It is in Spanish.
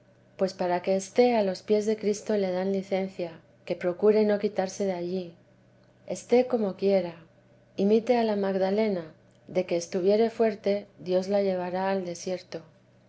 pues para que esté a los pies de cristo le dan licencia que procure no quitarse de allí esté como quiera imite a la magdalena que de que estuviere fuerte dios la llevará al desierto